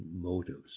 motives